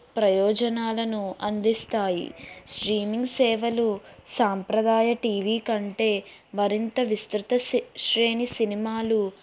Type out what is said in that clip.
ప్రయోజనాలను అందిస్తాయి స్ట్రీమింగ్ సేవలు సాంప్రదాయ టీవీ కంటే మరింత విస్తృతశ్రేణి సినిమాలు